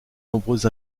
nombreuses